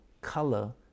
color